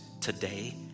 today